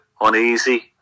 uneasy